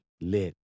Lit